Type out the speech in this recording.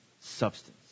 substance